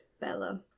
Bella